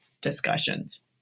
discussions